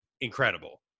incredible